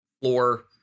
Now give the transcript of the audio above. floor